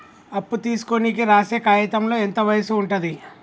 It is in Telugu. అప్పు తీసుకోనికి రాసే కాయితంలో ఎంత వయసు ఉంటది?